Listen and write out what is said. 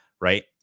right